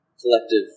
Collective